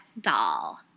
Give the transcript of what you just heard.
doll